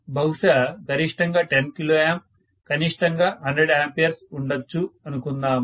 బహుశా గరిష్టంగా 10 kA కనిష్టంగా 100 A ఉండొచ్చు అనుకుందాము